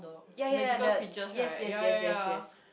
ya ya ya the yes yes yes yes yes